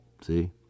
See